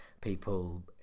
people